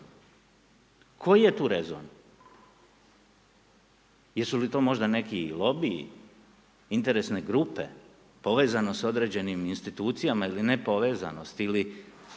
koji je tu rezon, jesu li to možda neki lobiji, interesne grupe, povezanost s određenim institucijama ili ne povezanost